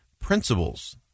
principles